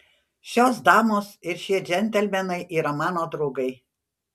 šios damos ir šie džentelmenai yra mano draugai